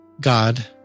God